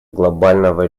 глобального